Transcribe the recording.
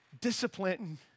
discipline